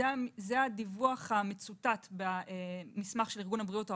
זה הדיווח המצוטט במסמך של ארגון הבריאות העולמי,